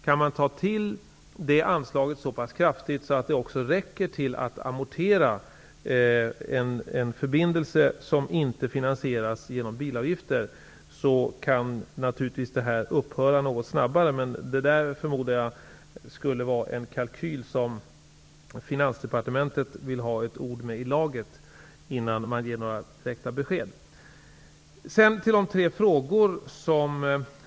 Kan det anslaget bli så pass kraftigt att det också räcker till för amorteringen för en förbindelse som inte finansieras genom bilavgifter, kan betalningen naturligtvis upphöra något snabbare. Jag förmodar att Finansdepartementet skulle vilja ha ett ord med i laget om en sådan kalkyl, innan man ger några direkta besked.